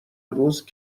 روز